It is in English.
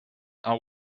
are